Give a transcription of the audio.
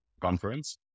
conference